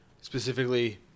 specifically